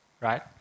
right